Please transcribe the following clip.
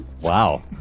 Wow